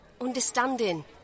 understanding